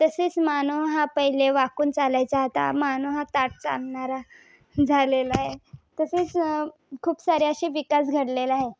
तसेच मानव हा पहिले वाकून चालायचा आता मानव हा ताठ चालणारा झालेला आहे तसेच खूप सारे असे विकास घडलेला आहे